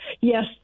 yes